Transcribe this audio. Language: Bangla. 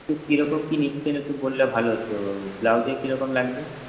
কিরকম কি নিচ্ছেন একটু বললে ভালো হত ব্লাউজে কিরকম লাগবে